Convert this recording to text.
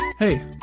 Hey